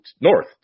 north